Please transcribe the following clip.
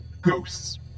ghosts